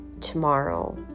tomorrow